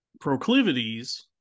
proclivities